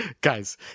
Guys